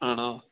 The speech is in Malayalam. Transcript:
ആണോ